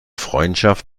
freundschaft